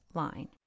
line